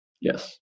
Yes